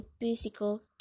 physical